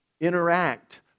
interact